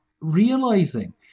realizing